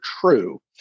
true